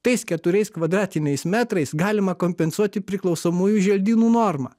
tais keturiais kvadratiniais metrais galima kompensuoti priklausomųjų želdynų normą